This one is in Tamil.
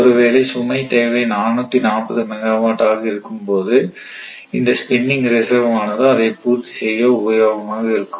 ஒருவேளை சுமை தேவை 440 மெகாவாட் ஆக இருக்கும்போது இந்த ஸ்பின்னிங் ரிசர்வ் ஆனது அதைப் பூர்த்தி செய்ய உபயோகமாக இருக்கும்